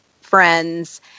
friends